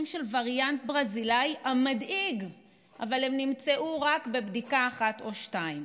של וריאנט ברזילאי מדאיג אבל הם נמצאו רק בבדיקה אחת או שתיים.